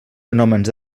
fenòmens